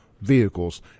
vehicles